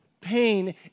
pain